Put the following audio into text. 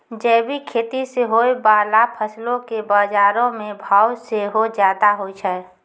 जैविक खेती से होय बाला फसलो के बजारो मे भाव सेहो ज्यादा होय छै